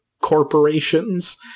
corporations